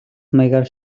маягаар